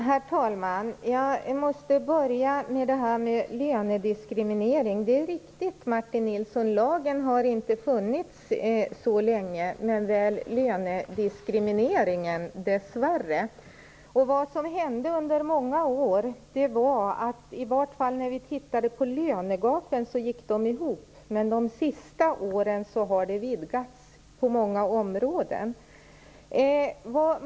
Herr talman! Jag måste börja med lönediskriminering. Det är riktigt, Martin Nilsson, att lagen inte funnits så länge men väl lönediskrimineringen - dessvärre. Vad som hände under många år var att lönegapen minskade, men under de senaste åren har de vidgats på många områden.